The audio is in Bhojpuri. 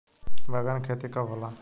बैंगन के खेती कब होला?